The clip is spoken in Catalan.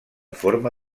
forma